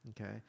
Okay